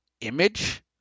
image